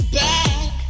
back